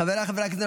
חבריי חברי הכנסת,